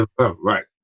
right